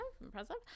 Impressive